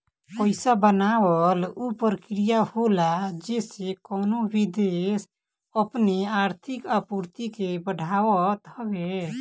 पईसा बनावल उ प्रक्रिया होला जेसे कवनो भी देस अपनी आर्थिक आपूर्ति के बढ़ावत हवे